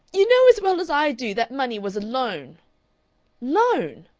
you know as well as i do that money was a loan! loan!